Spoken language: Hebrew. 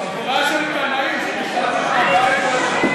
חבורה של קנאים שמשתלטים על הבית ועל